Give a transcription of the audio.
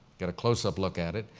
get a close up look at it.